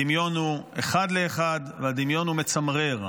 הדמיון הוא אחד לאחד, והדמיון הוא מצמרר.